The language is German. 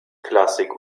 klassik